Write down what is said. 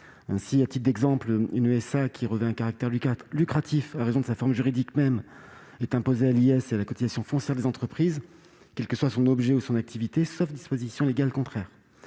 une société anonyme (SA) qui revêt un caractère lucratif, en raison de sa forme juridique, est imposée à l'IS et à la cotisation foncière des entreprises (CFE), quels que soient son objet et son activité, sauf dispositions légales contraires.